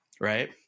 Right